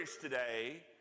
today